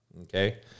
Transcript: Okay